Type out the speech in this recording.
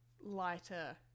lighter